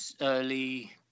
early